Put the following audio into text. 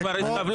היא כבר התקבלה.